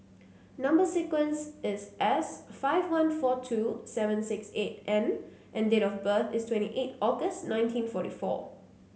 number sequence is S five one four two seven six eight N and date of birth is twenty eight August nineteen forty four